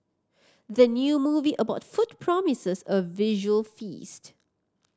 the new movie about food promises a visual feast